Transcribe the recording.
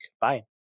bye